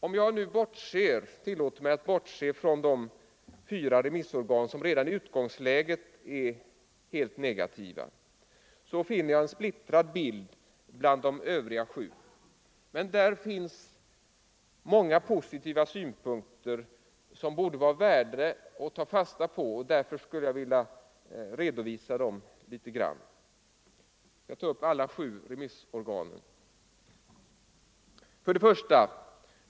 Om jag nu tillåter mig att bortse från de fyra remissorgan som redan i utgångsläget är helt negativa, så finner jag en splittrad bild bland de övriga sju. Men det anförs många positiva synpunkter, som borde vara värda att ta fasta på, och därför skulle jag vilja redovisa dem. Jag skall ta upp alla sju remissorganen. 1.